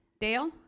Dale